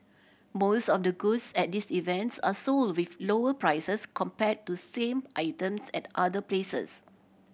most of the goods at this events are sold with lower prices compared to same items at other places